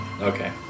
Okay